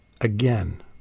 again